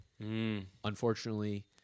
Unfortunately